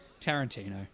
Tarantino